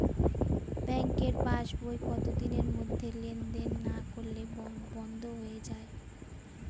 ব্যাঙ্কের পাস বই কত দিনের মধ্যে লেন দেন না করলে বন্ধ হয়ে য়ায়?